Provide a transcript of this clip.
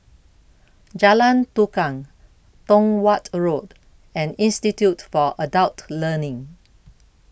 Jalan Tukang Tong Watt Road and Institute For Adult Learning